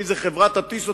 איזו חברה תטיס אותו,